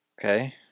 Okay